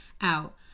out